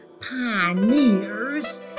pioneers